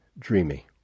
Dreamy